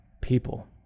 people